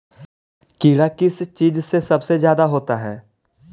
कीड़ा किस चीज से सबसे ज्यादा होता है?